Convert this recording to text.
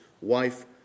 wife